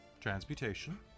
Transmutation